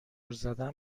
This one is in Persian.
زدن